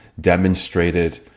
demonstrated